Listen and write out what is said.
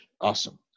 Awesome